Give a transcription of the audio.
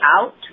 out